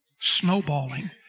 snowballing